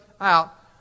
out